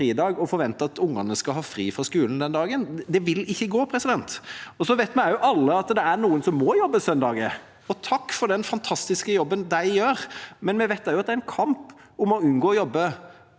og forvente at ungene skal ha fri fra skolen den dagen. Det vil ikke gå. Så vet vi alle at det er noen som må jobbe på søndager, og takk for den fantastiske jobben de gjør. Men vi vet også at det er en kamp om å unngå å jobbe